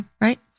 Right